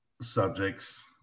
subjects